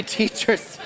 teachers